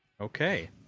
okay